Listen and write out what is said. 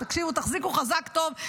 תחזיקו חזק טוב,